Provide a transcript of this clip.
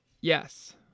Yes